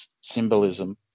symbolism